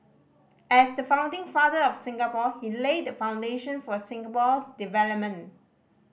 as the founding father of Singapore he laid the foundation for Singapore's development